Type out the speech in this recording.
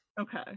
okay